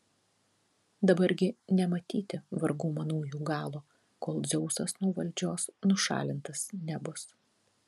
dabar gi nematyti vargų manųjų galo kol dzeusas nuo valdžios nušalintas nebus